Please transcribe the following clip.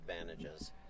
advantages